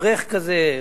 אברך כזה,